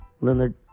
Leonard